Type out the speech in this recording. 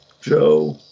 Joe